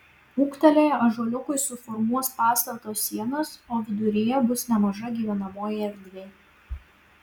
ūgtelėję ąžuoliukai suformuos pastato sienas o viduryje bus nemaža gyvenamoji erdvė